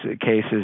cases